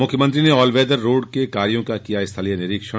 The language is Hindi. मुख्यमंत्री ने ऑल वेदर रोड के कार्यो का किया स्थलीय निरीक्षण